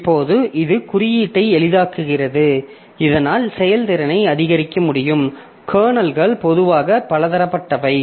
இப்போது இது குறியீட்டை எளிதாக்குகிறது இதனால் செயல்திறனை அதிகரிக்க முடியும் கர்னல்கள் பொதுவாக பலதரப்பட்டவை